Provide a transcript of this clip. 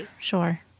sure